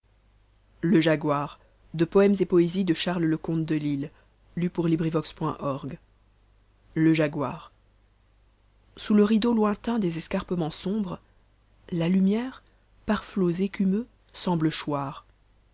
tio t le jaguar t sous le rideau lointain des escarpements sombres la lumière par hots ecumeux semble choir